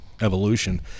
evolution